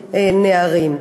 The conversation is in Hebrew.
הייתם נערים.